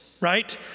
right